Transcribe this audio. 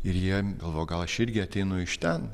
ir jie galvoja gal aš irgi ateinu iš ten